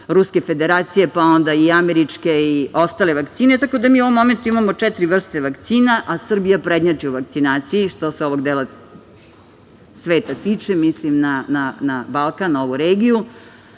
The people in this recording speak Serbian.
Ruske Federacije, SAD i ostale vakcine, tako da mi u ovom momentu imamo četiri vrste vakcina. Srbija prednjači u vakcinaciji što se ovog dela sveta tiče, mislim na Balkan i ovu regiju.